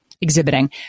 exhibiting